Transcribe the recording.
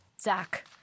Zach